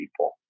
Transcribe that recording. people